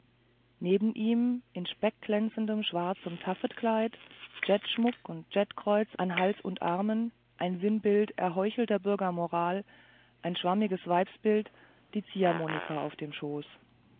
neben ihm in speckglänzendem schwarzen taffetkleid jettschmuck und jettkreuz an hals und armen ein sinnbild erheuchelter bürgermoral ein schwammiges weibsbild die ziehharmonika auf dem schoß